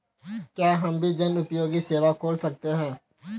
क्या हम भी जनोपयोगी सेवा खोल सकते हैं?